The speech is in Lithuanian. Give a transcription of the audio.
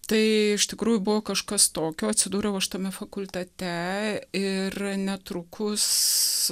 tai iš tikrųjų buvo kažkas tokio atsidūriau aš tame fakultete ir netrukus